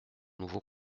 nouveau